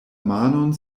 manon